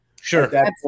Sure